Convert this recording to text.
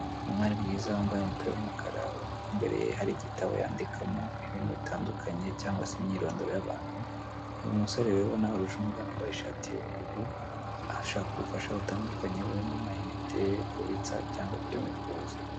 Umwari mwiza wambaye umupira w'umukara ubona ko imbere hari igitabo yandikamo ibintu bitandukanye cyangwa se imyirondoro y'abantu, uyu musore rero ubona waruje umugana wambaye ishati y'ubururu ahashaka ubufasha butandukanye burimo amayinite, kubitsa cyangwa kubikuza.